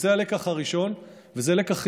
זה הלקח הראשון, וזה לקח חיובי,